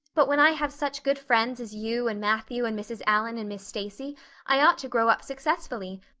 but when i have such good friends as you and matthew and mrs. allan and miss stacy i ought to grow up successfully,